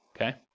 Okay